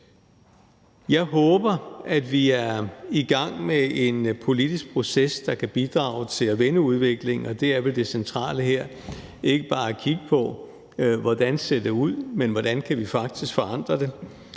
Jeg håber, at vi er i gang med en politisk proces, der kan bidrage til at vende udviklingen, og det er vel det centrale her ikke bare at kigge på, hvordan det ser ud, men på, hvordan vi faktisk kan forandre det.